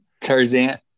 Tarzan